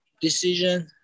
decision